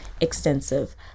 extensive